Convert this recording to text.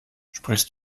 sprichst